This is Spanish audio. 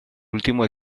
ultimo